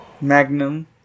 Magnum